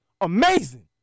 amazing